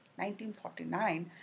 1949